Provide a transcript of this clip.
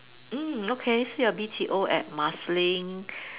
mm okay so your B_T_O at Marsiling